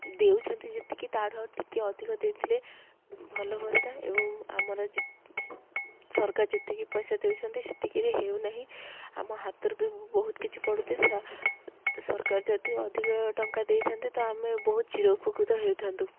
ଦେଉଛନ୍ତି ଯେତିକି ତାଠୁ ଟିକେ ଅଧିକ ଦେଇଥିଲେ ଭଲ ହୁଅନ୍ତା ଏବଂ ଆମର ସରକାର ଯେତିକି ପଇସା ଦେଉଛନ୍ତି ସେତିକିରେ ହେଉନାହିଁ ଆମ ହାତରେ ବି ବହୁତ କିଛି ପଡ଼ୁଛି ସରକାର ଯଦି ଅଧିକ ଟଙ୍କା ଦେଇଥାନ୍ତେ ତ ଆମେ ବହୁତ ଚିର ଉପକୃତ ହେଉଥାନ୍ତୁ